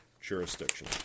jurisdiction